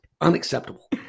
Unacceptable